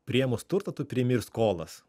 priėmus turtą tu priimi ir skolas